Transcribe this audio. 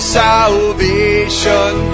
salvation